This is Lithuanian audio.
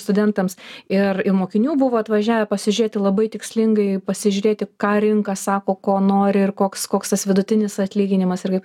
studentams ir ir mokinių buvo atvažiavę pasižiūrėti labai tikslingai pasižiūrėti ką rinka sako ko nori ir koks koks tas vidutinis atlyginimas ir kaip